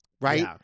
right